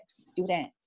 student